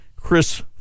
Chris